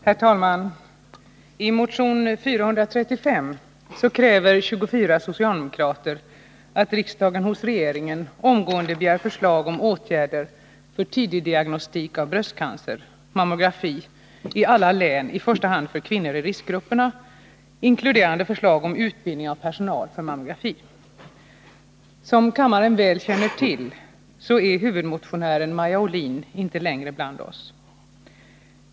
Herr talman! I motion 435 kräver 24 socialdemokrater att riksdagen hos regeringen omgående begär förslag om åtgärder för tidigdiagnostik av bröstcancer i alla län i första hand för kvinnor i riskgrupperna, inkluderande förslag om utbildning av personal för mammografi. Som kammaren väl känner till är huvudmotionären Maja Ohlin inte längre bland OSS.